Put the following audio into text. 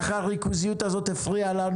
שהריכוזיות האלה כול-כך הפריעה לנו